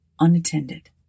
unattended